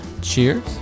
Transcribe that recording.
Cheers